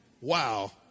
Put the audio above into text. Wow